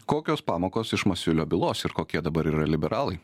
kokios pamokos iš masiulio bylos ir kokie dabar yra liberalai